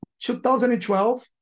2012